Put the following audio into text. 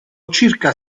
circa